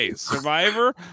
Survivor